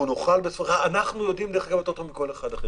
דרך אגב, אנחנו יודעים יותר טוב מכל אחד אחר.